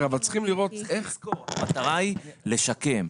המטרה היא לשקם.